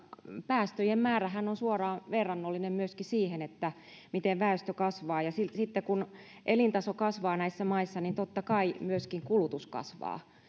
päästöjen määrähän on suoraan verrannollinen myöskin siihen miten väestö kasvaa ja sitten sitten kun elintaso kasvaa näissä maissa totta kai myöskin kulutus kasvaa